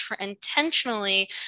intentionally